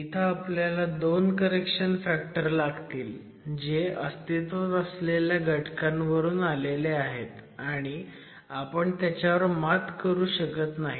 इथं आपल्याला दोन करेक्शन फॅक्टर लागतील जे अस्तित्वात असलेल्या घटकांवरून आलेले आहेत आणि आपण त्याच्यावर मात करू शकत नाही